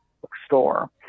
bookstore